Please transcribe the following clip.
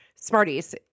Smarties